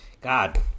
God